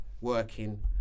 working